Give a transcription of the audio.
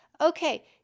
Okay